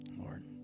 Lord